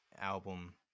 album